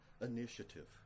initiative